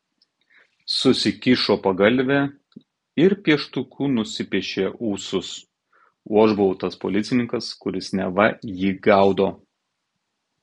susikišo pagalvę ir pieštuku nusipiešė ūsus o aš buvau tas policininkas kuris neva jį gaudo